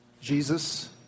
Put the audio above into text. Jesus